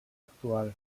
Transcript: actual